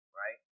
right